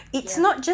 ya